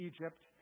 Egypt